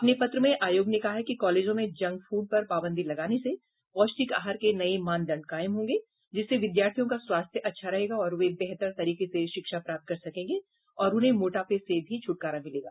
अपने पत्र में आयोग ने कहा है कि कॉलेजों में जंक फूड पर पाबंदी लगने से पौष्टिक आहार के नये मानदंड कायम होंगे जिससे विद्यार्थियों का स्वास्थ्य अच्छा रहेगा और वे बेहतर तरीके से शिक्षा प्राप्त कर सकेंगे और उन्हें मोटापे से भी छुटकारा मिलेगा